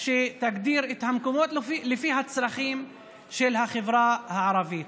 שתגדיר את המקומות לפי הצרכים של החברה הערבית.